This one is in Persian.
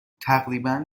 تقریبا